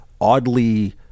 oddly